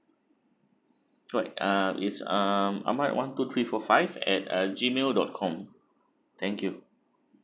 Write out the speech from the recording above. alright um is um ahamd one two three four five at uh G mail dot com thank you